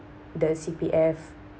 the C_P_F